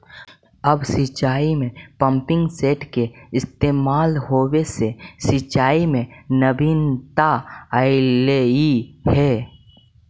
अब सिंचाई में पम्पिंग सेट के इस्तेमाल होवे से सिंचाई में नवीनता अलइ हे